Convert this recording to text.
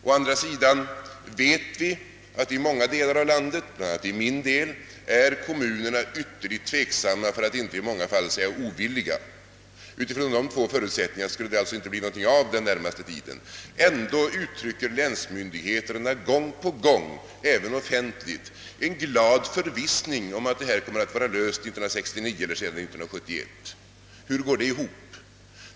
Å andra sidan vet vi att i många delar av landet, i varje fall i min del, kommunerna är ytterligt tveksamma för att inte säga i många fall ovilliga. Utifrån de två förutsättningarna skulle det inte bli någonting av den närmaste tiden. ändå uttrycker länsmyndigheterna gång på gång, även offentligt, en glad förvissning om att problemet om kommunsammanläggning kommer att vara löst 1969 eller senast 1971. Hur går detta ihop?